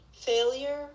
failure